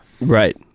Right